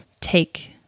take